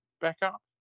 backup